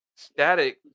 Static